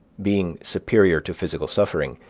being superior to physical suffering,